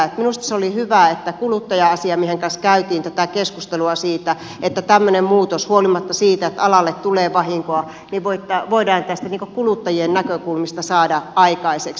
minusta se oli hyvä että kuluttaja asiamiehen kanssa käytiin tätä keskustelua siitä että tämmöinen muutos huolimatta siitä että alalle tulee vahinkoa voidaan tästä kuluttajien näkökulmasta saada aikaiseksi